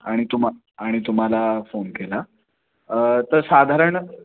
आणि तुम्हा आणि तुम्हाला फोन केला तर साधारण